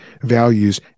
values